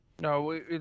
No